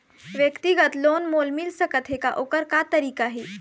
व्यक्तिगत लोन मोल मिल सकत हे का, ओकर का तरीका हे?